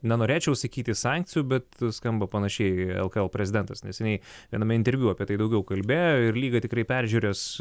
nenorėčiau sakyti sankcijų bet skamba panašiai lkl prezidentas neseniai viename interviu apie tai daugiau kalbėjo ir lyga tikrai peržiūrės